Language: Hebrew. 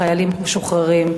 חיילים משוחררים,